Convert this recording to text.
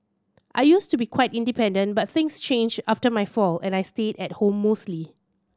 I used to be quite independent but things changed after my fall and I stayed at home mostly